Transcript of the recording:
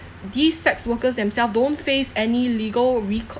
these sex workers themselves don't face any legal